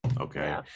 okay